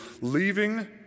leaving